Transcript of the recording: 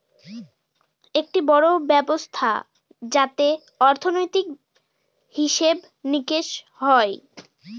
একটি বড়ো ব্যবস্থা যাতে অর্থনীতি, হিসেব নিকেশ হয়